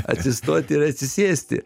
atsistoti ir atsisėsti